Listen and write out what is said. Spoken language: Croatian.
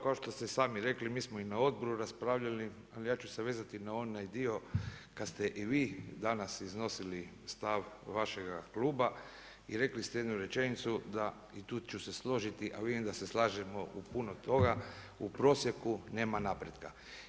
Kao što ste sami rekli mi smo i na odboru raspravljali, ali ja ću se vezati na onaj dio kada ste i vi danas iznosili stav vašega kluba i rekli ste jednu rečenicu i tu ću se složiti, a vidim da se slažemo u puno toga u prosjeku nema napretka.